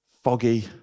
foggy